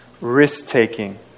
risk-taking